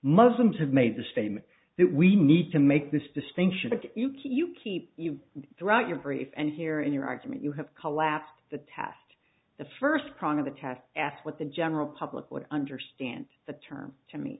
muslims have made the statement that we need to make this distinction that you keep you keep you throughout your brief and here in your argument you have collapsed the test the first prong of the test ask what the general public would understand the term to me